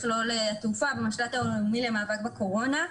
מכלול התעופה במשל"ט הלאומי למאבק בקורונה.